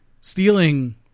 stealing